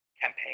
campaign